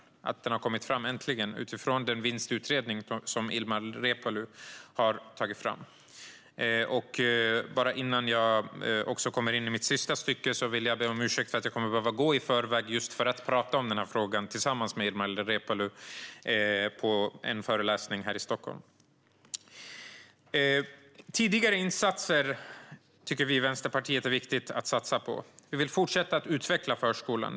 Detta har nu äntligen kommit fram som ett resultat av den vinstutredning som Ilmar Reepalu har tagit fram. Jag vill också här och nu be om ursäkt för att jag kommer att behöva gå härifrån i förväg för att just tala om denna fråga med Ilmar Reepalu på en föreläsning här i Stockholm. Tidigare insatser är något vi i Vänsterpartiet tycker att det är viktigt att satsa på. Vi vill fortsätta att utveckla förskolan.